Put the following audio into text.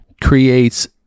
creates